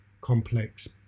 complex